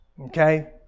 Okay